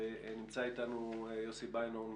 נמצא אתנו יוסי ביינהורן,